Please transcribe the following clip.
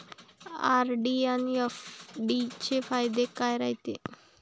RD अन FD चे फायदे काय रायते?